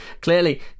clearly